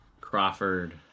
Crawford